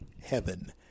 heaven